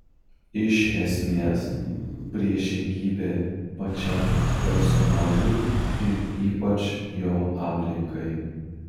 iš esmės priešingybė pačiam personažui ir ypač jo aplinkai